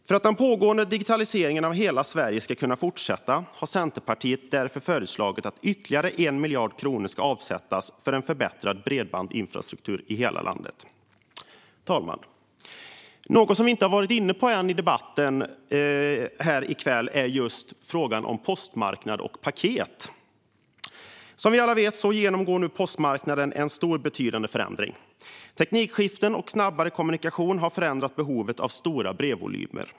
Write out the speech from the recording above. För att den pågående digitaliseringen av hela Sverige ska kunna fortsätta har Centerpartiet föreslagit att ytterligare 1 miljard kronor ska avsättas för en förbättrad bredbandsinfrastruktur i hela landet. Fru talman! Något vi inte varit inne på än i kvällens debatt är frågan om postmarknad och paket. Som vi alla vet genomgår postmarknaden en betydande förändring. Teknikskiften och snabbare kommunikation har förändrat behovet av stora brevvolymer.